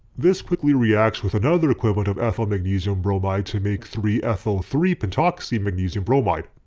this quickly reacts with another equivalent of ethylmagnesium bromide to make three ethyl three pentoxy magnesium bromide.